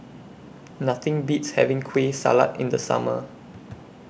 Nothing Beats having Kueh Salat in The Summer